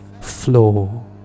flow